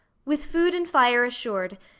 with food and fire assured,